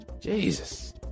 Jesus